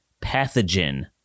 pathogen